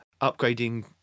upgrading